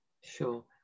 sure